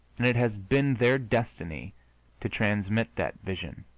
and it has been their destiny to transmit that vision,